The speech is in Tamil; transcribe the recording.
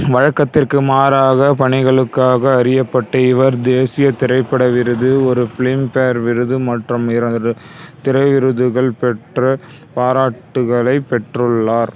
வழக்கத்திற்கு மாறாக பணிகளுக்காக அறியப்பட்ட இவர் தேசிய திரைப்பட விருது ஒரு பிலிம்பேர் விருது மற்றும் இரண்டு திரை விருதுகள் பெற்ற பாராட்டுகளைப் பெற்றுள்ளார்